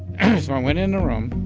and so i went in the room